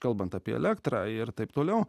kalbant apie elektrą ir taip toliau